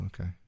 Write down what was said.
okay